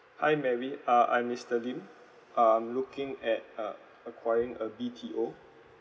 hi mary uh I'm mister lim I'm looking at uh acquiring a B_T_O